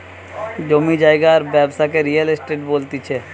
জমি জায়গার ব্যবসাকে রিয়েল এস্টেট বলতিছে